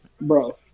bro